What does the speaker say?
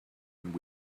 and